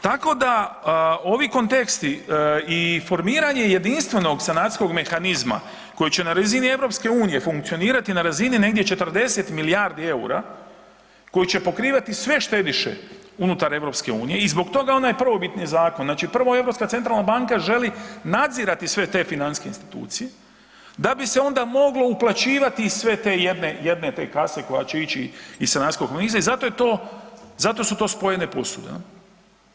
Tako da ovi konteksti i formiranje jedinstvenog sanacijskog mehanizma koji će na razini EU funkcionirati na razini negdje 40 milijardi EUR-a, koji će pokrivati sve štediše unutar EU i zbog toga onaj prvobitni zakon, znači prvo Europska centralna banka želi nadzirati sve te financijske institucije da bi se onda moglo uplaćivati iz sve te jedne, jedne te kase koja će ići iz sanacijskog mehanizma i zato je to, zato su to spojene posude, jel.